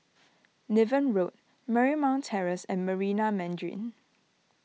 Niven Road Marymount Terrace and Marina Mandarin